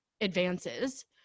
advances